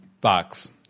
Box